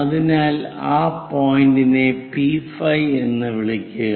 അതിനാൽ ആ പോയിന്റിനെ P5 എന്ന് വിളിക്കുക